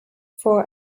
for